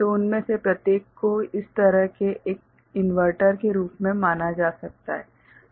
तो उनमें से प्रत्येक को इस तरह के एक इनवर्टर के रूप में माना जा सकता है